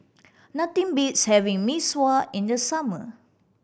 nothing beats having Mee Sua in the summer